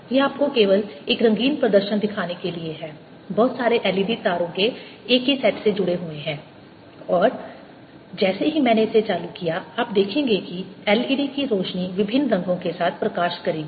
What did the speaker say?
यह आपको केवल एक रंगीन प्रदर्शन दिखाने के लिए है बहुत सारे LED तारों के एक ही सेट से जुड़े हुए हैं और जैसे ही मैंने इसे चालू किया आप देखेंगे कि LED की रोशनी विभिन्न रंगों के साथ प्रकाश करेगी